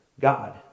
God